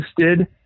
interested